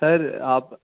سر آپ